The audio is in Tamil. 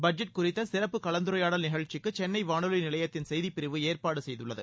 பட்ஜெட் குறித்த சிறப்பு கலந்துரையாடல் நிகழ்ச்சிக்கு சென்னை வானொலி நிலையத்தின் செய்திப்பிரிவு ஏற்பாடு செய்துள்ளது